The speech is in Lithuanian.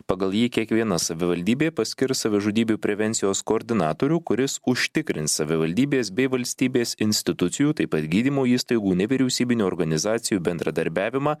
pagal jį kiekviena savivaldybė paskirs savižudybių prevencijos koordinatorių kuris užtikrins savivaldybės bei valstybės institucijų taip pat gydymo įstaigų nevyriausybinių organizacijų bendradarbiavimą